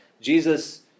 Jesus